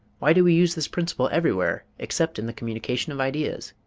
why do we use this principle everywhere except in the communication of ideas?